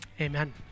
Amen